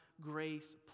grace